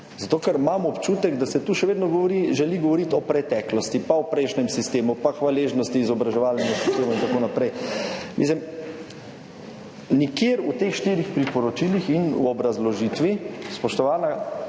Zato ker imam občutek, da se tu še vedno želi govoriti o preteklosti pa o prejšnjem sistemu pa hvaležnosti izobraževalnemu sistemu in tako naprej. Nikjer v teh štirih priporočilih in v obrazložitvi spoštovana